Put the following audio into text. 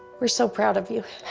we're so proud of you.